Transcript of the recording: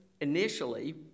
initially